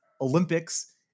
Olympics